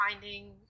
finding